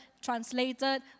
translated